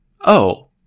Oh